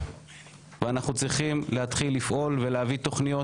ואנחנו צריכים להתחיל לפעול ולהביא תוכניות,